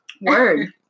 Word